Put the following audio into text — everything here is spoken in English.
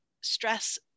stress